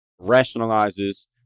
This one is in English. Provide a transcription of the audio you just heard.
rationalizes